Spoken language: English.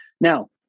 Now